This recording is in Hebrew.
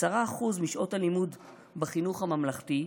10% משעות הלימוד בחינוך הממלכתי,